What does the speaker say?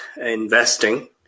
investing